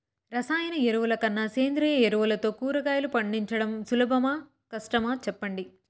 రసాయన ఎరువుల కన్నా సేంద్రియ ఎరువులతో కూరగాయలు పండించడం సులభమా కష్టమా సెప్పండి